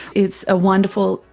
it's a wonderful,